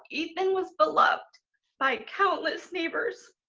ethan was beloved by countless neighbors,